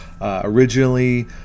originally